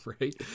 right